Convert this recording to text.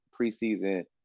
preseason –